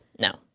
No